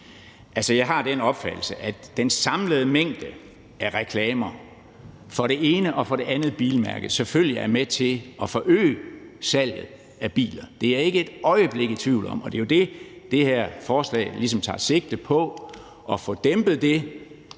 jeg har den opfattelse, at den samlede mængde reklamer for det ene og for det andet bilmærke selvfølgelig er med til at forøge salget af biler. Det er jeg ikke et øjeblik i tvivl om, og det er jo det, det her forslag ligesom tager sigte på at få dæmpet,